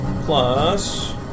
plus